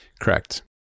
Correct